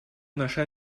нашей